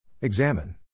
Examine